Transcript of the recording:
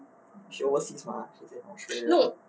she overseas mah she's in australia